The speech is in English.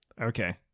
Okay